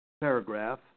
paragraph